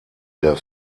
der